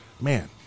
man